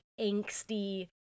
angsty